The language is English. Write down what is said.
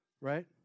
right